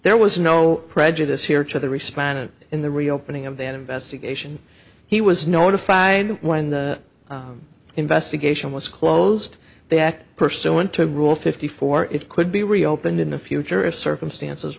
there was no prejudice here to the respondent in the reopening of that investigation he was notified when the investigation was closed they act pursuant to rule fifty four it could be reopened in the future if circumstances